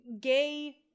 gay